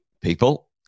people